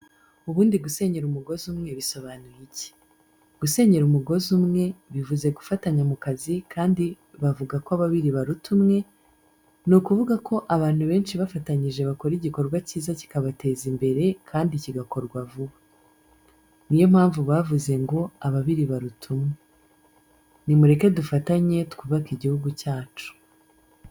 Ubundi gusenyera umugozi umwe bisobanuye iki? Gusenyera umugozi umwe bivuze gufatanya mu kazi kandi bavuga ko ababiri baruta umwe, ni ukuvuga ko abantu benshi bafatanyije bakora igikorwa cyiza kibateza imbere kandi kigakorwa vuba. Ni yo mpamvu bavuze ngo ababiri baruta umwe. Ni mureke dufatanye twubake igihugu cyacu.